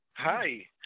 Hi